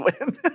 win